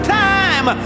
time